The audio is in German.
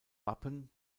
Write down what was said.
wappen